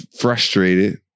frustrated